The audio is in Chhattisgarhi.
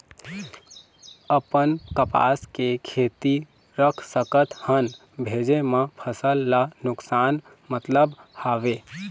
अपन कपास के खेती रख सकत हन भेजे मा फसल ला नुकसान मतलब हावे?